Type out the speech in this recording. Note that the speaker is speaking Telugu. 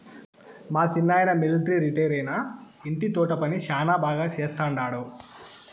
మా సిన్నాయన మిలట్రీ రిటైరైనా ఇంటి తోట పని శానా బాగా చేస్తండాడు